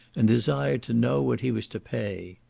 and desired to know what he was to pay.